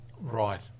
Right